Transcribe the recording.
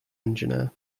engineer